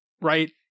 right